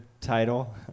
title